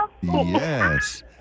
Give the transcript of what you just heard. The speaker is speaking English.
Yes